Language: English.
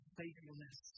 faithfulness